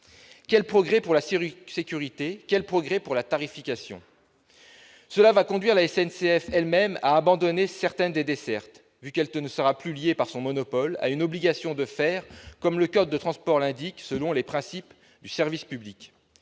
Quel progrès pour la sécurité ? Quel progrès pour la tarification ? Cela va conduire la SNCF elle-même à abandonner certaines des dessertes, vu qu'elle ne sera plus liée, par son monopole, à une obligation de faire, comme le code de transports l'indique, selon « les principes du service public